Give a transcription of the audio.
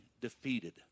defeated